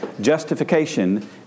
justification